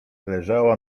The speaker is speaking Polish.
leżała